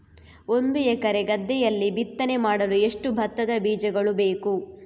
ಒಂದು ಎಕರೆ ಗದ್ದೆಯಲ್ಲಿ ಬಿತ್ತನೆ ಮಾಡಲು ಎಷ್ಟು ಭತ್ತದ ಬೀಜಗಳು ಬೇಕು?